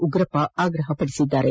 ಉಗ್ರಪ್ಪ ಆಗ್ರಹಿಸಿದ್ದಾರೆ